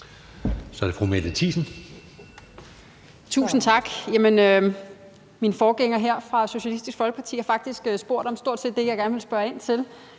Kl. 10:41 Mette Thiesen (DF): Tusind tak. Min forgænger her fra Socialistisk Folkeparti har faktisk stort set spurgt om det, jeg gerne vil spørge ind til